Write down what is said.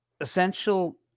essential